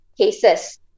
cases